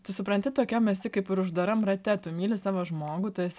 tu supranti tokiam esi kaip ir uždaram rate tu myli savo žmogų tu esi